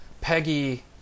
Peggy